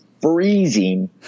freezing